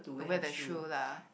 don't wear the shoe lah